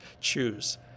choose